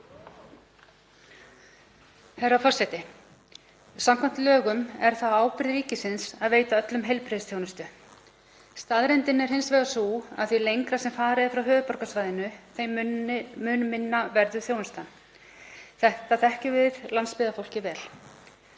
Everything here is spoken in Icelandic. Herra forseti. Samkvæmt lögum er það á ábyrgð ríkisins að veita öllum heilbrigðisþjónustu. Staðreyndin er hins vegar sú að því lengra sem farið er frá höfuðborgarsvæðinu þeim mun minni verður þjónustan. Þetta þekkjum við landsbyggðarfólkið vel.